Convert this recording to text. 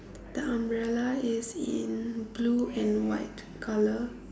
the umbrella is in blue and white color